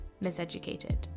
miseducated